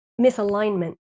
misalignment